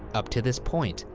up to this point,